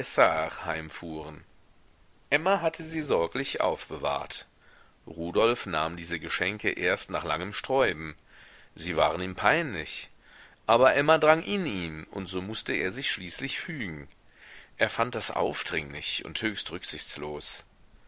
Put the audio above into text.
heimfuhren emma hatte sie sorglich aufbewahrt rudolf nahm diese geschenke erst nach langem sträuben sie waren ihm peinlich aber emma drang in ihn und so mußte er sich schließlich fügen er fand das aufdringlich und höchst rücksichtslos